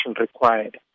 required